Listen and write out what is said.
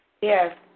Yes